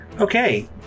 Okay